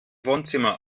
wohnzimmer